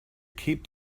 keep